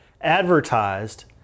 advertised –